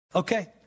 Okay